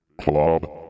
club